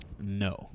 No